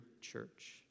church